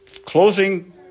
Closing